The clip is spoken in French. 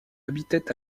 habitait